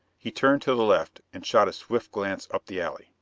he turned to the left and shot a swift glance up the alley,